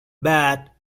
but